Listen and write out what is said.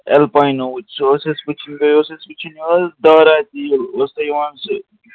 ایلپاینوچ سُہ اوس اَسہِ وٕچھِنۍ بیٚیہِ اوس اَسہِ وٕچھِنۍ یہِ حَظ دارا تیٖل اوس تۄہہِ یِوان سُہ